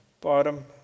bottom